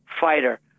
fighter